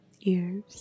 ears